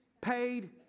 paid